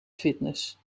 fitness